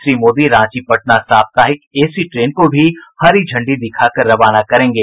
श्री मोदी रांची पटना साप्ताहिक AC train को भी हरी झंडी दिखाकर रवाना करेंगे